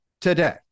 today